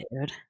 dude